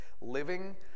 living